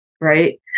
Right